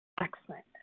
Excellent